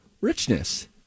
richness